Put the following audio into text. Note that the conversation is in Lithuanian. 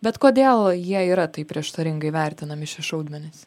bet kodėl jie yra taip prieštaringai vertinami šie šaudmenys